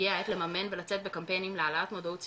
הגיע העת לממן ולצאת בקמפיינים להעלאת מודעות ציבורית,